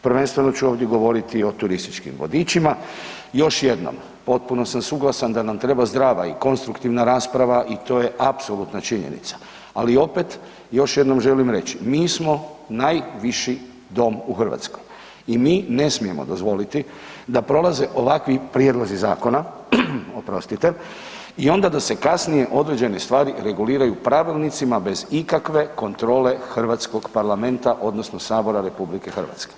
Prvenstveno ću ovdje govoriti o turističkim vodičima i još jednom, potpuno sam suglasan da nam treba zdrava i konstruktivna rasprava i to je apsolutna činjenica, ali opet, još jednom želim reći, mi smo najviši Dom u Hrvatskoj i mi ne smijemo dozvoliti da prolaze ovakvi prijedlozi zakona, … oprostite, i onda da se kasnije određene stvari reguliraju pravilnicima bez ikakve kontrole hrvatskog parlamenta, odnosno Sabora RH.